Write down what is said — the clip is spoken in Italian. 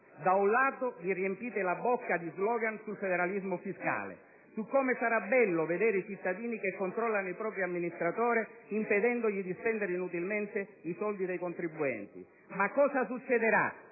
Da un lato, vi riempite la bocca di slogan sul federalismo fiscale, su come sarà bello vedere i cittadini che controllano i propri amministratori impedendo loro di spendere inutilmente i soldi dei contribuenti. Ma che cosa succederà